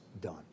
done